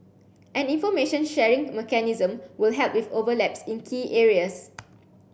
an information sharing mechanism will help with overlaps in key areas